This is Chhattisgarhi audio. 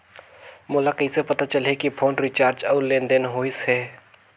मोला कइसे पता चलही की फोन रिचार्ज और लेनदेन होइस हे?